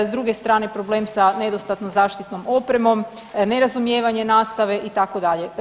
S druge strane problem sa nedostatnom zaštitnom opremom, nerazumijevanje nastave itd.